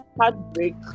heartbreak